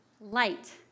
light